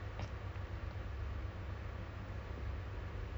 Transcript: your area like limited to places to eat lah macam gitu